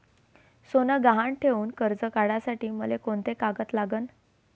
सोनं गहान ठेऊन कर्ज काढासाठी मले कोंते कागद लागन?